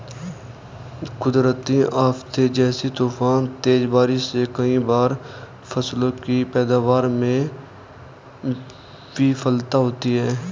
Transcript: कुदरती आफ़ते जैसे तूफान, तेज बारिश से कई बार फसलों की पैदावार में विफलता होती है